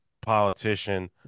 politician